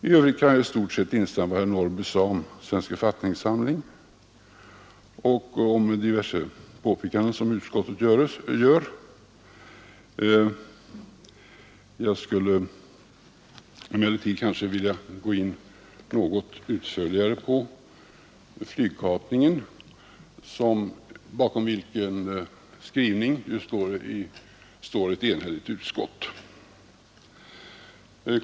I övrigt kan jag i stort sett instämma med vad herr Norrby sade om Svensk författningssamling och om diverse påpekanden som utskottet gör. Jag skulle vilja gå in något utförligare på flygkapningen, bakom vilken skrivning står ett enhälligt utskott.